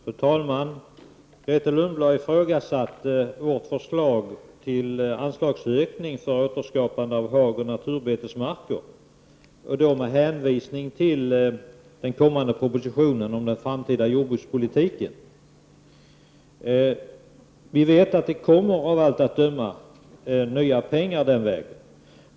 Fru talman! Grethe Lundblad ifrågasatte vårt förslag om anslagsökning för återskapande av hagoch naturbetesmarker med hänvisning till den kommande propositionen om den framtida jordbrukspolitiken. Vi vet att det av allt att döma kommer nya pengar den vägen.